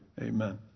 Amen